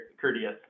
courteous